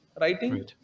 writing